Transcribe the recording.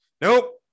nope